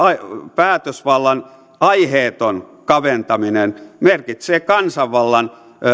päätösvallan aiheeton kaventaminen merkitsee kansanvallan